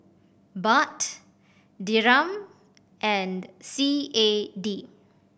Baht Dirham and C A D